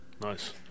Nice